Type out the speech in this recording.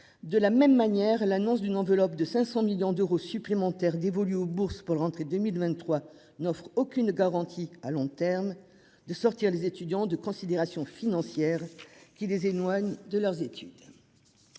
De la même manière, l'annonce d'une enveloppe de 500 millions d'euros supplémentaires dévolus aux bourses pour la rentrée 2023 n'offre aucune garantie à long terme de sortir les étudiants de considérations financières qui les éloigne de leurs études.